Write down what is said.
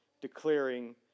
declaring